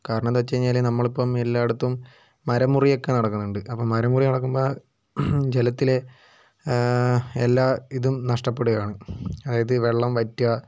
കാരണം എന്താണെന്നു വെച്ചുകഴിഞ്ഞാൽ നമ്മളിപ്പം എല്ലായിടത്തും മരംമുറിയൊക്കെ നടക്കുന്നുണ്ട് അപ്പം മരംമുറി നടക്കുമ്പോൾ ജലത്തിലെ എല്ലാ ഇതും നഷ്ടപ്പെടുകയാണ് അതായത് വെള്ളം വറ്റുക